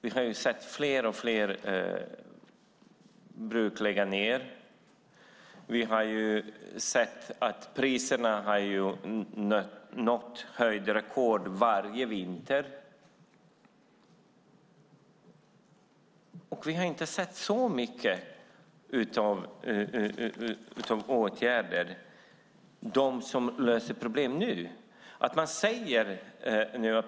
Vi har sett fler och fler bruk läggas ned. Vi har sett att priserna nått rekordhöjder varje vinter. Däremot har vi inte sett särskilt mycket i form av åtgärder, sådant som löser problemet.